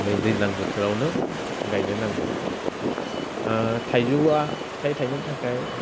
बै दैज्लां बोथोरावनो गायनो नांगौ थाइजौआ फिथाइ थायनो थाखाय